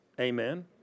Amen